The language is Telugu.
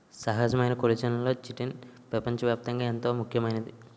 సహజమైన కొల్లిజన్లలో చిటిన్ పెపంచ వ్యాప్తంగా ఎంతో ముఖ్యమైంది